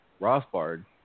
Rothbard –